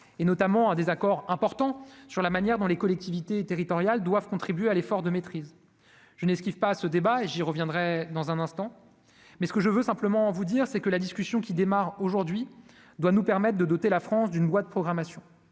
et notamment à des accords importants sur la manière dont les collectivités territoriales doivent contribuer à l'effort de maîtrise je n'esquive pas ce débat et j'y reviendrai dans un instant, mais ce que je veux simplement vous dire, c'est que la discussion qui démarre aujourd'hui doit nous permettent de doter la France d'une loi de programmation,